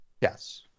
Yes